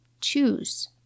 choose